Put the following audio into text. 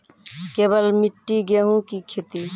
केवल मिट्टी गेहूँ की खेती?